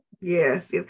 Yes